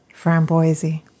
Framboise